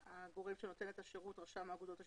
הגורם שנותן את השירות הוא רשם האגודות השיתופיות.